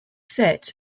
set